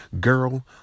girl